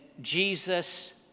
Jesus